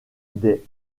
des